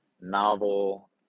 novel